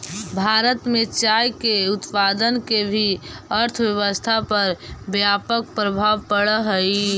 भारत में चाय के उत्पादन के भी अर्थव्यवस्था पर व्यापक प्रभाव पड़ऽ हइ